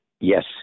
yes